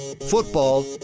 Football